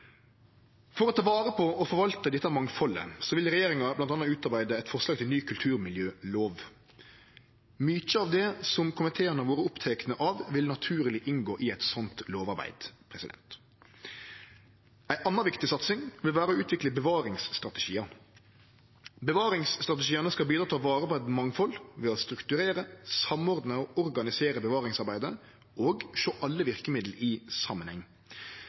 For å ta vare på og forvalte dette mangfaldet vil regjeringa bl.a. utarbeide eit forslag til ny kulturmiljølov. Mykje av det som komiteen har vore oppteken av, vil naturleg inngå i eit slikt lovarbeid. Ei anna viktig satsing vil vere å utvikle bevaringsstrategiar. Bevaringsstrategiane skal bidra til å ta vare på eit mangfald ved å strukturere, samordne og organisere bevaringsarbeidet og sjå alle verkemiddel i samanheng.